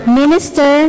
minister